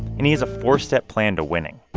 and he has a four-step plan to winning